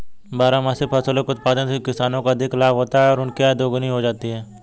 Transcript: बारहमासी फसलों के उत्पादन से किसानों को अधिक लाभ होता है और उनकी आय दोगुनी हो जाती है